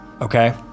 Okay